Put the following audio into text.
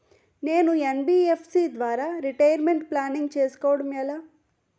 నేను యన్.బి.ఎఫ్.సి ద్వారా retirement planning చేసుకోవడం ఎలా?